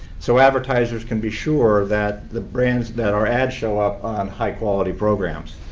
so advertisers can be sure that the brands, that our ads show up on high quality programs.